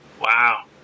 wow